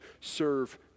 serve